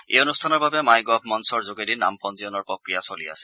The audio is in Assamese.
এই অনষ্ঠানৰ বাবে মাইগ'ভ মঞ্চৰ যোগেদি নাম পঞ্জীয়নৰ প্ৰক্ৰিয়া চলি আছে